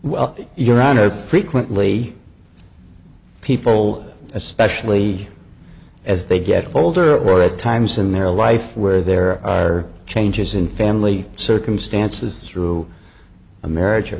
well your honor frequently people especially as they get older or at times in their life where there are changes in family circumstances through a marriage